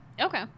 Okay